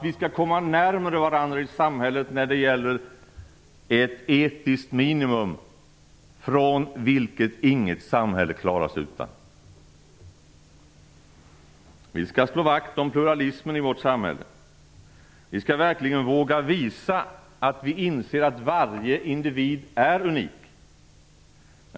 Vi skall komma närmare varandra i samhället när det gäller ett etiskt minimum. Det klarar sig inget samhälle utan. Vi skall slå vakt om pluralismen i vårt samhälle. Vi skall verkligen våga visa att vi inser att varje individ är unik.